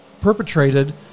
perpetrated